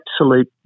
absolute